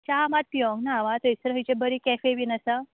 चा मात पियूंक ना हांव आ थंयसर खंयचें बरी कॅफे बीन आसा